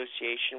association